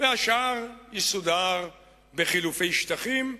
והשאר יסודר בחילופי שטחים.